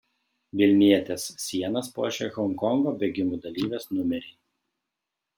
vilnietės sienas puošia honkongo bėgimų dalyvės numeriai